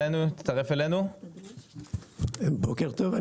בוקר טוב.